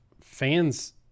fans